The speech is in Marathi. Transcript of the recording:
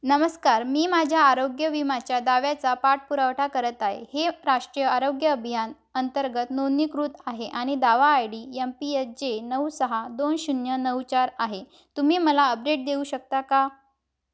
नमस्कार मी माझ्या आरोग्य विम्याच्या दाव्याचा पाठपुरावा करत आहे हे राष्ट्रीय आरोग्य अभियान अंतर्गत नोंदणीकृत आहे आणि दावा I D M P H J नऊ सहा दोन शून्य नऊ चार आहे तुम्ही मला अपडेट देऊ शकता का